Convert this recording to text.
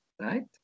right